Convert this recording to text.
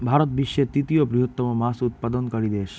ভারত বিশ্বের তৃতীয় বৃহত্তম মাছ উৎপাদনকারী দেশ